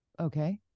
Okay